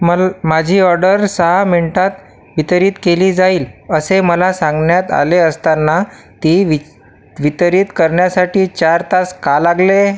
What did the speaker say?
माझी ऑर्डर सहा मिंटात वितरित केली जाईल असे मला सांगण्यात आले असताना ती वित वितरित करण्यासाठी चार तास का लागले